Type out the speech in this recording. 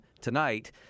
tonight